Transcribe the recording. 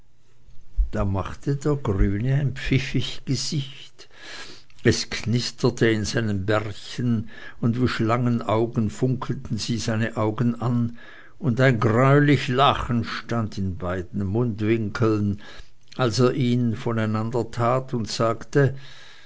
da machte der grüne ein pfiffig gesicht es knisterte in seinem bärtchen und wie schlangenaugen funkelten sie seine augen an und ein greulich lachen stand in beiden mundwinkeln als er ihn voneinandertat und sagte